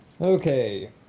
Okay